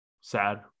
sad